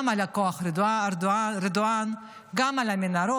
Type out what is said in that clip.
גם על כוח ארדואן, גם על המנהרות,